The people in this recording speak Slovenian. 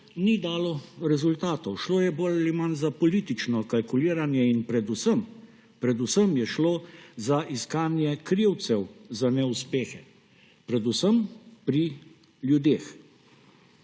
ni dala rezultatov. Šlo je bolj ali manj za politično kalkuliranje in predvsem, predvsem je šlo za iskanje krivcev za neuspehe. Predvsem pri ljudeh.